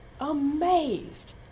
amazed